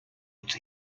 its